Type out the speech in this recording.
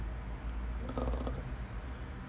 uh